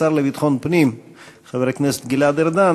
השר לביטחון פנים חבר הכנסת גלעד ארדן